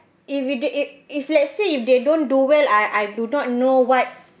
if it they at if let's say if they don't do well I I do not know what